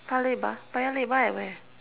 Paya-Lebar Paya-Lebar at where